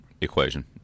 equation